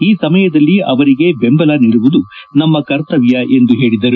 ಈ ಸಮಯದಲ್ಲಿ ಅವರಿಗೆ ವೆಂಬಲ ನೀಡುವುದು ನಮ್ನ ಕರ್ತಮ್ನ ಎಂದು ಹೇಳಿದರು